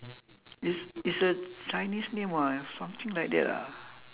it's it's a chinese name ah something like that lah